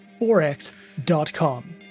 Forex.com